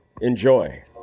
Enjoy